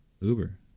Uber